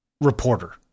reporter